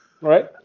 Right